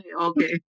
Okay